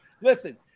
Listen